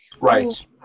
Right